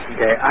Okay